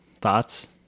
thoughts